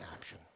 action